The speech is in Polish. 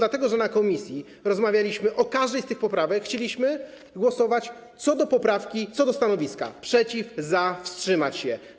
Na posiedzeniu komisji rozmawialiśmy o każdej z tych poprawek, chcieliśmy głosować nad poprawką co do stanowiska: przeciw, za, wstrzymać się.